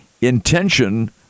intention